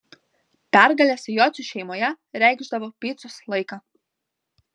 pergalės jocių šeimoje reikšdavo picos laiką